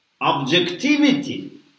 objectivity